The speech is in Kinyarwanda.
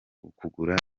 ukugura